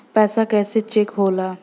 पैसा कइसे चेक होला?